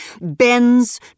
bends